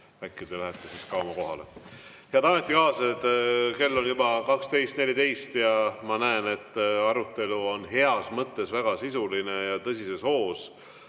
äkki te lähete siis ka oma kohale. Head ametikaaslased, kell on juba 12.14. Ma näen, et arutelu on heas mõttes väga sisuline ja tõsises hoos.